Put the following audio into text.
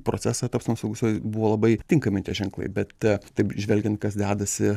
procesą tapsmą saugusiuoju buvo labai tinkami tie ženklai bet taip žvelgiant kas dedasi